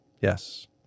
Yes